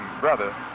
brother